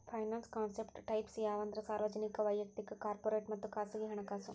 finance concept types ಯಾವಂದ್ರ ಸಾರ್ವಜನಿಕ ವಯಕ್ತಿಕ ಕಾರ್ಪೊರೇಟ್ ಮತ್ತ ಖಾಸಗಿ ಹಣಕಾಸು